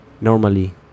normally